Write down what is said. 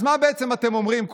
אז מה בעצם אתם אומרים,